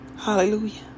hallelujah